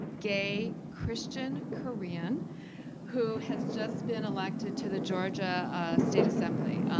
gay, christian korean who has just been elected to the georgia state assembly.